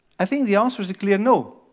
i think the answer is a clear no.